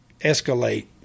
escalate